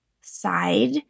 side